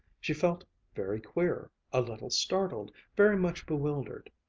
she felt very queer, a little startled, very much bewildered.